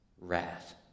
wrath